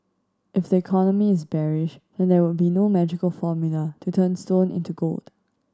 if the economy is bearish then there would be no magical formula to turn stone into gold